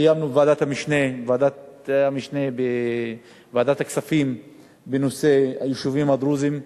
שקיימנו בוועדת המשנה לוועדת הכספים בנושא היישובים הדרוזיים.